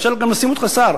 אפשר גם לשים אותך שר.